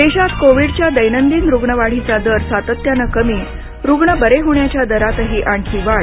देशात कोविडच्या दैनंदिन रुग्णवाढीचा दर सातत्यानं कमी रुग्ण बरे होण्याच्या दरातही आणखी वाढ